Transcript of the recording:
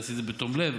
עשית את זה בתום לב,